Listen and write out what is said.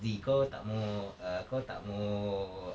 zee kau tak mahu err kau tak mahu